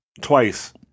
twice